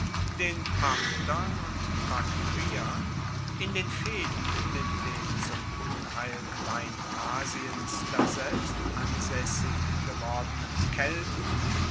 den parthern und baktriern in den fehden mit den zum unheil kleinasiens daselbst ansaessig gewordenen kelten